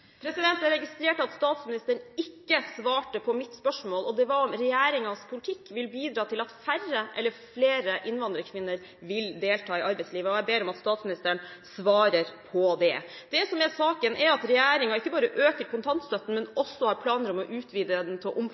Jeg registrerte at statsministeren ikke svarte på mitt spørsmål om hvorvidt regjeringens politikk vil bidra til at færre eller flere innvandrerkvinner vil delta i arbeidslivet. Jeg ber om at statsministeren svarer på det. Det som er saken, er at regjeringen ikke bare øker kontantstøtten, men også har planer om å utvide den